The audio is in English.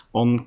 on